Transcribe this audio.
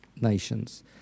nations